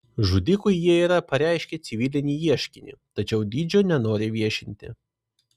žudikui jie yra pareiškę civilinį ieškinį tačiau dydžio nenori viešinti